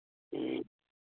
ꯎꯝ